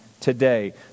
today